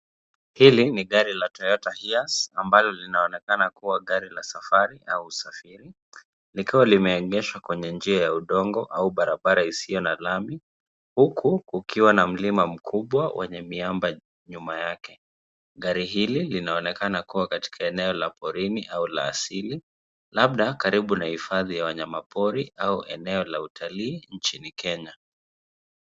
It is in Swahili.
Hili ni gari la Toyota HiAce, ambalo linaonekana kuwa gari la safari au usafiri. Likiwa limeegeshwa kwenye njia ya udongo au barabara isiyo na lami, huku kukiwa na mlima mkubwa wenye miamba nyuma yake. Gari hili linaonekana kuwa katika eneo la porini au la asili, labda karibu na hifadhi ya wanyama pori au eneo la utalii nchini Kenya.